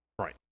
Right